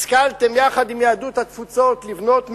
השכלתם, יחד עם יהדות התפוצות, לבנות מעונות,